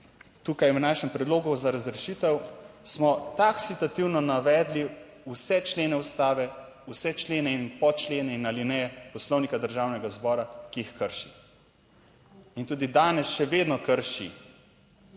tukaj v našem predlogu za razrešitev smo taksativno navedli vse člene ustave, vse člene in pod člene in alineje Poslovnika Državnega zbora, ki jih krši. In tudi danes še vedno krši.